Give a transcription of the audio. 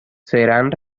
serán